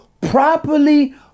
properly